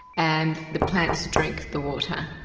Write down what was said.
and the plants drink the water.